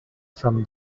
from